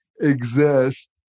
exist